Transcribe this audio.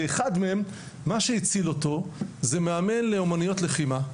ואחד מהם, מה שהציל אותו זה מאמן לאומנויות לחימה,